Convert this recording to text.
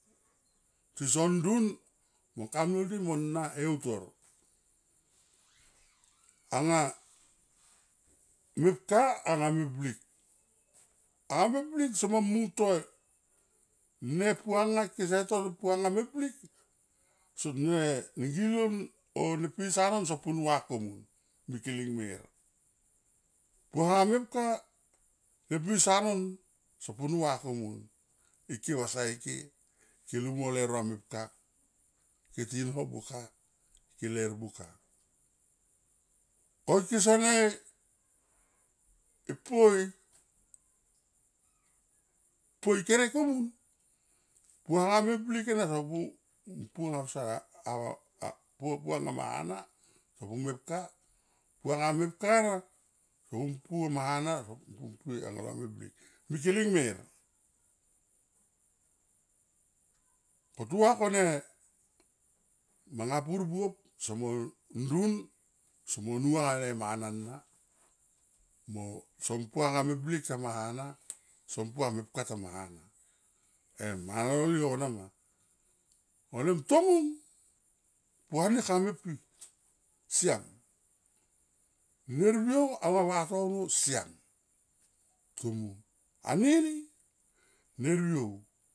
Tison dun mo kam lol di mo na e utor anga mepka anga me blik, anga meblik somo muntoi ne puanga kese to puanga me blik sone nigilon o ne pisa non sonpu nu va komun mikiling mer. Pua mepka ne pisa non son pu nuva komun ike va sae ike, ke lung mo leuro anga mepka ke ti ho buka ke ler buka ko ike sene ipoi poi kere komun puanga meblik ena som pu anga sa, a pu anga ma hana sopu mepka, puanga mepka na sompu ama hana sonpu poi lo nga meblik, mikiling mer ko tua kone manga pur buop so mo ndun somo nua le mana na mo son po anga meblik tama hana son po anga mepka tama hana em mana lol yo nama vanem tomung puani kame pi siam nevriou alo vatono siam to mung anini ne vriou.